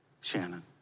Shannon